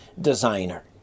designer